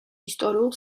ისტორიულ